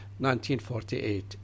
1948